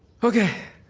okay.